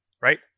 right